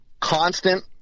Constant